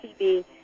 TV